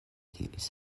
diris